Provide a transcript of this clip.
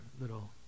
little